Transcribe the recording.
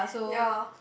ya